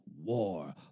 War